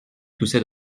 toussait